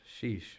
Sheesh